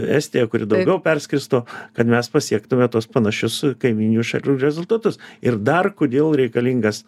estiją kuri daugiau perskirsto kad mes pasiektume tuos panašius kaimyninių šalių rezultatus ir dar kodėl reikalingas